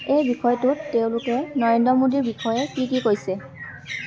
এই বিষয়টোত তেওঁলোকে নৰেন্দ্ৰ মোডীৰ বিষয়ে কি কি কৈছে